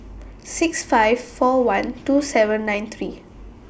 six five four one two seven nine three